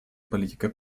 политика